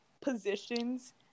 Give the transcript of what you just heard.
positions